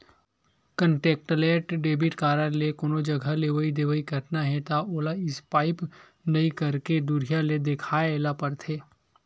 contactless debit card ले कोनो जघा लेवइ देवइ करना हे त ओला स्पाइप नइ करके दुरिहा ले देखाए ल परथे